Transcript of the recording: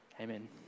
Amen